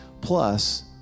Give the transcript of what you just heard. Plus